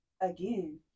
again